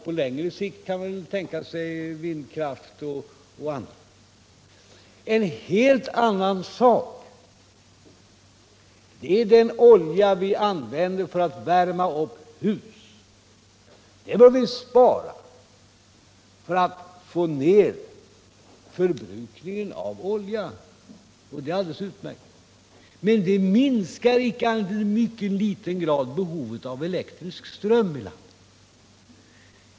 På längre sikt kan man väl också tänka sig vindkraft m.m. En helt annan sak är den olja som vi använder för att värma upp hus. På det området bör vi vara sparsamma för att få ned förbrukningen av olja. Det är alldeles utmärkt. Men det minskar inte annat än i mycket ringa grad behovet av elektrisk ström i landet.